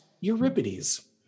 Euripides